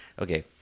Okay